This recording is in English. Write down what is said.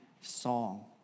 song